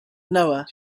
noah